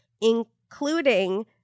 including